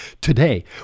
Today